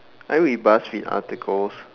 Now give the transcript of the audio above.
I read buzzfeed articles